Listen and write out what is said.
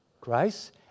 grace